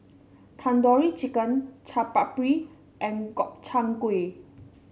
Tandoori Chicken Chaat Papri and Gobchang Gui